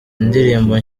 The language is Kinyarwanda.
indirimbo